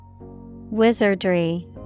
Wizardry